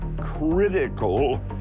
critical